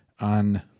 on